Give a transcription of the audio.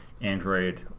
Android